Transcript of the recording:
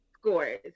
scores